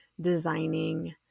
designing